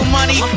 money